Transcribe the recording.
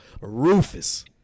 Rufus